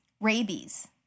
Rabies